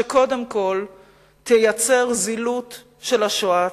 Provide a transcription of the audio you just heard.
שקודם כול תייצר זילות של השואה עצמה.